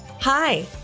Hi